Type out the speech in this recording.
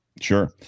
sure